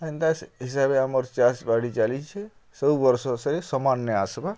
ହେନ୍ତା ହିସାବେ ଆମର୍ ଚାଷ୍ ବାଡ଼ି ଚାଲିଛେ ସବୁ ବର୍ଷ ସେ ସମାନ୍ ନାଇ ଆସ୍ବାର୍